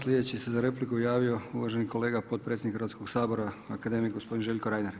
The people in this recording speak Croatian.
Sljedeći se za repliku javio uvaženi kolega potpredsjednik Hrvatskog sabora akademik gospodin Željko Reiner.